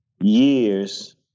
years